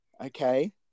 Okay